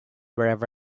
wherever